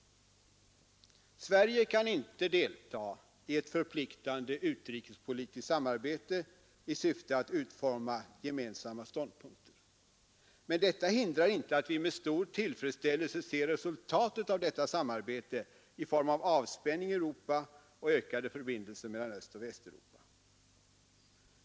Sverige kan inte delta i ett förpliktande utrikespolitiskt samarbete i syfte att utforma gemensamma ståndpunkter, men detta hindrar inte att vi med stor tillfredsställelse ser resultatet av detta samarbete i form av avspänning i Europa och ökade förbindelser mellan Östoch Västeuropa.